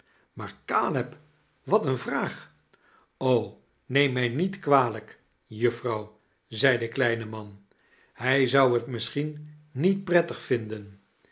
maar caleb wat eene vraag neem mij niet kwalijk juffrouw zei de kleine man hij zou t misschien niet prettig vinden